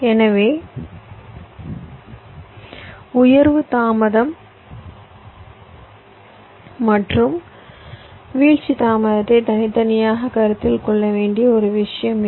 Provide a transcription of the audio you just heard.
எனவே உயர்வு தாமதம் மற்றும் வீழ்ச்சி தாமதத்தை தனித்தனியாக கருத்தில் கொள்ள வேண்டிய ஒரு விஷயம் இது